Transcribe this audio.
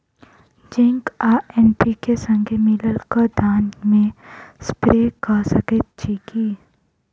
Zinc आ NPK, संगे मिलल कऽ धान मे स्प्रे कऽ सकैत छी की?